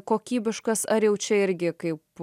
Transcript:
kokybiškas ar jau čia irgi kaip